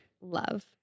Love